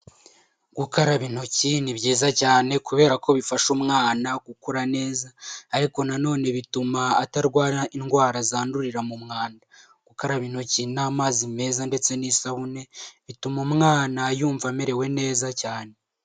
Gukaraba intoki ni byiza cyane kubera ko bifasha umwana gukura neza, ariko na none bituma atarwara indwara zandurira mu mwanda, gukaraba intoki n'amazi meza ndetse n'isabune bituma umwana yumva amerewe neza cyane.